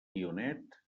guionet